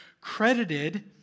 credited